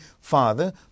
Father